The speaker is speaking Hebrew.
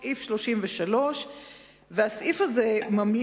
סעיף 33. הסעיף הזה ממליץ